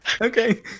okay